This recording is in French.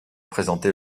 présenté